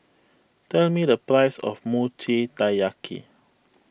tell me the price of Mochi Taiyaki